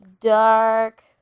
Dark